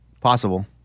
Possible